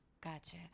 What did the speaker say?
Gotcha